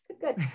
good